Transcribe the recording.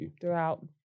throughout